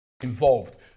Involved